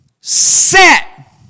Set